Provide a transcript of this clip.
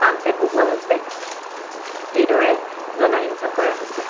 pump set বহোৱা হৈছে এইদৰে জলসিঞ্চন কৰা হৈছে